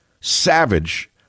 SAVAGE